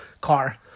car